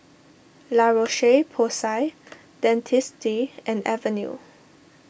La Roche Porsay Dentiste and Avene